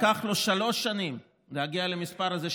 לקח לו שלוש שנים להגיע למספר הזה,